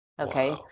Okay